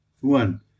One